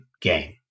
game